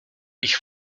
ich